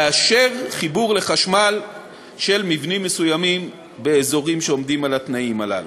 לאשר חיבור לחשמל של מבנים מסוימים באזורים שעומדים בתנאים הללו.